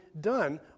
done